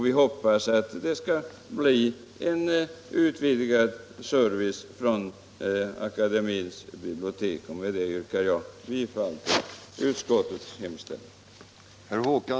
Vi hoppas att Musikaliska akademiens bibliotek skall kunna ge en utvidgad service. Med detta yrkar jag bifall till utskottets hemställan.